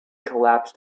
collapsed